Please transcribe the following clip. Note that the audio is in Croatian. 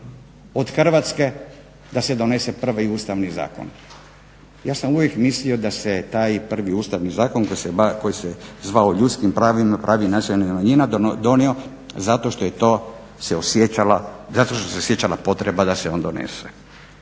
od Hrvatske da se donese prvi Ustavni zakon. Ja sam uvijek mislio da se taj prvi Ustavni zakon koji se zvao o ljudskim pravima i pravima nacionalnih manjina donio zato što je to se osjećala, zato što se osjećala potreba da se on odnese.